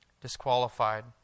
disqualified